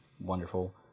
wonderful